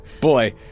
Boy